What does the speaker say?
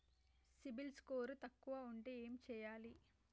CIBIL score తక్కువ ఉంటే ఏం చేయాలి?